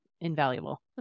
invaluable